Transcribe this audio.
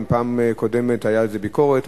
אם בפעם הקודמת היתה על זה ביקורת,